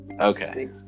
Okay